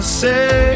say